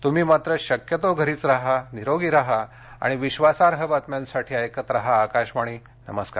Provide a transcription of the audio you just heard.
तम्ही मात्र शक्यतो घरीच राहा निरोगी राहा आणि विश्वासार्ह बातम्यांसाठी ऐकत राहा आकाशवाणी नमस्कार